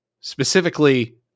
specifically